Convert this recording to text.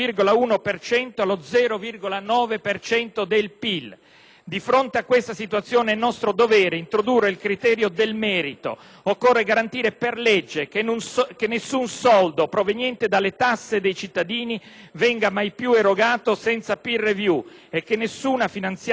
Di fronte a questa situazione è nostro dovere introdurre il criterio del merito: occorre garantire per legge che nessun soldo proveniente dalle tasse dei cittadini sia mai più erogato senza *peer review* e che nessuna finanziaria possa assegnare milioni di euro a istituzioni di ricerca o ricercatori